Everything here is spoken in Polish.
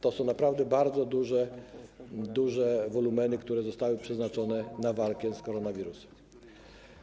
To są naprawdę bardzo duże wolumeny, które zostały przeznaczone na walkę z koronawirusem.